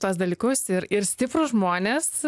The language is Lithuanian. tuos dalykus ir ir stiprūs žmonės